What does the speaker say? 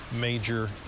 major